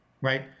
right